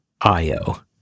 Io